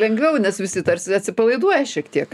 lengviau nes visi tarsi atsipalaiduoja šiek tiek